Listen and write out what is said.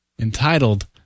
entitled